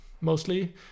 mostly